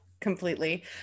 completely